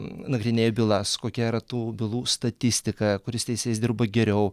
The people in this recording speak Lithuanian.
nagrinėja bylas kokia yra tų bylų statistika kuris teisėjas dirba geriau